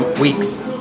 weeks